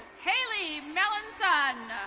haley melanson.